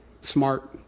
smart